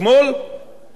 וגם כלכלית,